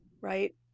right